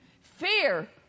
Fear